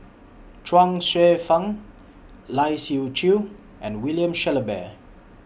Chuang Hsueh Fang Lai Siu Chiu and William Shellabear